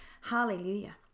Hallelujah